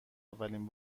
اولین